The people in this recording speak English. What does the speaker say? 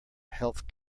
health